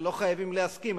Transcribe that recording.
ולא חייבים להסכים,